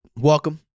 Welcome